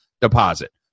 deposit